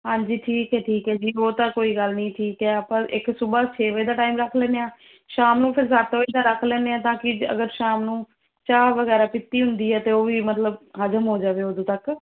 ਹਾਂਜੀ ਠੀਕ ਹੈ ਠੀਕ ਹੈ ਜੀ ਉਹ ਤਾਂ ਕੋਈ ਗੱਲ ਨਹੀਂ ਠੀਕ ਹੈ ਆਪਾਂ ਇੱਕ ਸੁਬਹਾ ਛੇ ਵਜੇ ਦਾ ਟਾਈਮ ਰੱਖ ਲੈਂਦੇ ਹਾਂ ਸ਼ਾਮ ਨੂੰ ਫਿਰ ਸੱਤ ਵਜੇ ਦਾ ਰੱਖ ਲੈਂਦੇ ਹਾਂ ਤਾਂ ਕਿ ਅਗਰ ਸ਼ਾਮ ਨੂੰ ਚਾਹ ਵਗੈਰਾ ਪੀਤੀ ਹੁੰਦੀ ਹੈ ਅਤੇ ਉਹ ਵੀ ਮਤਲਬ ਹਜਮ ਹੋ ਜਾਵੇ ਉਦੋਂ ਤੱਕ